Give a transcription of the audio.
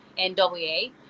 NWA